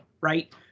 Right